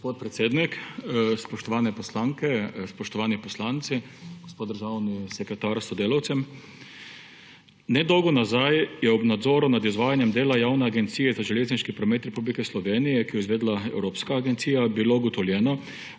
poslanke, spoštovani poslanci, gospod državni sekretar s sodelavcem! Nedolgo nazaj je bilo ob nadzoru nad izvajanjem dela Javne agencije za železniški promet Republike Slovenije, ki jo je izvedla evropska agencija, ugotovljeno,